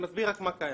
אני מסביר רק מה קיים.